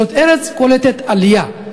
זאת ארץ קולטת עלייה,